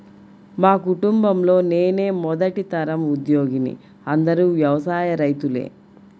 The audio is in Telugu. మా కుటుంబంలో నేనే మొదటి తరం ఉద్యోగిని అందరూ వ్యవసాయ రైతులే